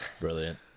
Brilliant